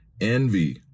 Envy